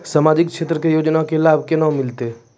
समाजिक क्षेत्र के योजना के लाभ केना मिलतै?